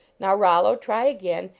now, rollo, try again,